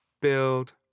build